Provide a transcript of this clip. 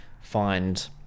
find